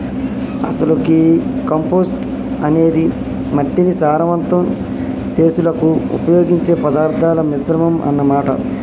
అసలు గీ కంపోస్టు అనేది మట్టిని సారవంతం సెసులుకు ఉపయోగించే పదార్థాల మిశ్రమం అన్న మాట